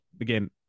again –